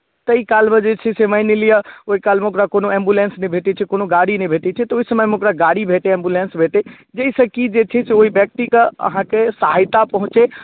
ताहिकालमे जे छै से मानि लिअ ओहिकालमे ओकरा कोनो एम्बुलेंस नहि भेटैत छै कोनो गाड़ी नहि भेटैत छै तऽ ओहि समयमे गाड़ी भेटय एम्बुलेंस भेटय जाहिसँ कि जे छै से ओहि व्यक्तिके अहाँके सहायता पहुँचै